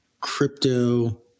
crypto